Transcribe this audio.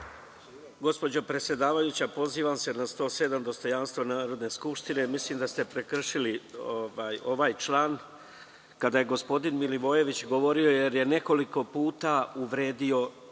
Gospođo predsedavajuća, pozivam se na član 107. dostojanstvo Narodne skupštine. Mislim da ste prekršili ovaj član kada je gospodin Milivojević govorio, jer je nekoliko puta povredio